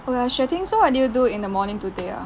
oh ya xue ting so what did you do in the morning today ah